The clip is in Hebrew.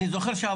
אבל אני מבקש,